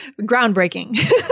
groundbreaking